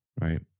Right